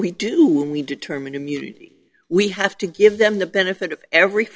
we do when we determine immunity we have to give them the benefit of every